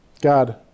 God